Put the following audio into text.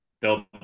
Bill